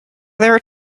there